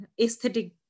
aesthetic